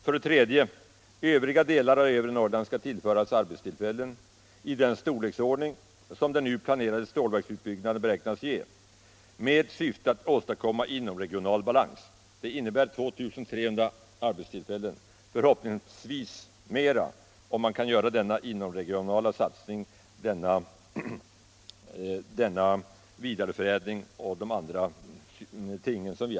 För det tredje skall övriga delar av övre Norrland tillföras arbetstillfällen i den omfattning som det nu planerade stålverket beräknas ge i syfte att åstadkomma en inomregional balans. Det innebär 2 300 arbetstillfällen mer — förhoppningsvis — om denna inomregionala satsning och de andra ting som jag talat om kan genomföras.